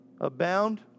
abound